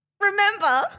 Remember